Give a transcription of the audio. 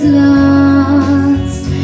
lost